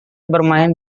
bermain